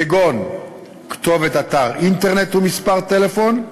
כגון כתובת אתר אינטרנט ומספר טלפון,